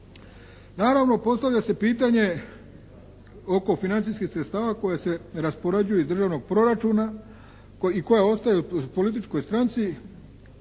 Naravno postavlja se pitanje oko financijskih sredstava koja se raspoređuju iz državnog proračuna i koje ostaju političkoj stranci